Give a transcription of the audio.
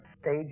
stage